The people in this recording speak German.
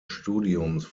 studiums